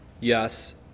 Yes